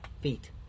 feet